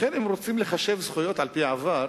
לכן, אם רוצים לחשב זכויות על-פי העבר,